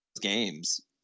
games